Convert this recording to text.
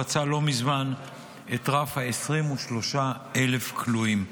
חצה לא מזמן את רף 23,000 הכלואים.